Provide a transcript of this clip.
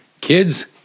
Kids